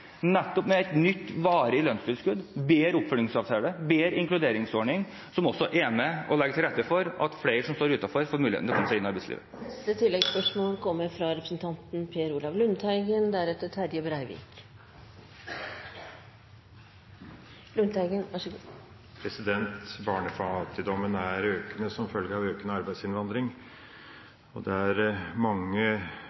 med et nytt, varig lønnstilskudd, bedre oppfølgingsavtale og bedre inkluderingsordning, som også er med og legger til rette for at flere som står utenfor, får muligheten til å komme seg inn i arbeidslivet. Per Olaf Lundteigen – til oppfølgingsspørsmål. Barnefattigdommen er økende som følge av økende arbeidsinnvandring. Det er mange